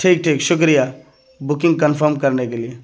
ٹھیک ٹھیک شکریہ بکنگ کنفرم کرنے کے لیے